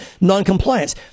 noncompliance